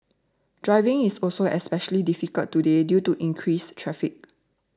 driving is also especially difficult today due to increased traffic